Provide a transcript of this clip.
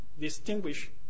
distinguish